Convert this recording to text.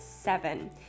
seven